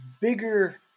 bigger